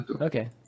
Okay